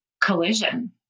collision